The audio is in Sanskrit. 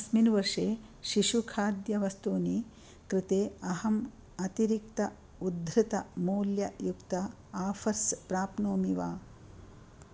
अस्मिन् वर्षे शिशुखाद्यवस्तूनि कृते अहम् अतिरिक्त उद्धृतमूल्ययुक्त आफर्स् प्राप्नोमि वा